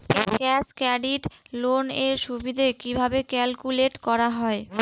Cash credit loan এর সুদ কিভাবে ক্যালকুলেট করা হয়?